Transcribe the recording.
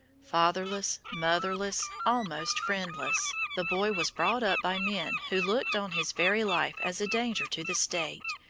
fatherless, motherless, almost friendless, the boy was brought up by men who looked on his very life as a danger to the state,